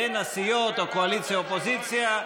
בין הסיעות או קואליציה אופוזיציה,